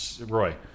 Roy